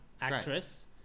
actress